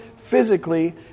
physically